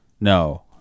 No